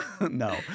no